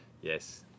Yes